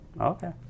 Okay